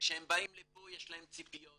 וכשהם באים לכאן יש להם ציפיות,